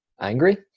angry